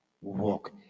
walk